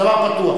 הדבר פתוח.